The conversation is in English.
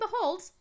behold